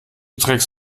trägst